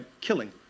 killing